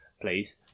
please